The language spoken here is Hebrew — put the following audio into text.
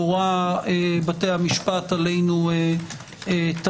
מורה בתי המשפט עלינו תמיד.